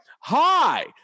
hi